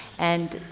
and